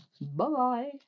Bye-bye